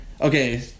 Okay